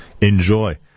Enjoy